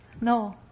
No